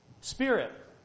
Spirit